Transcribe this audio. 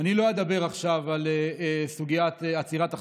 אני לא אדבר עכשיו על סוגיית עצירת החקיקה,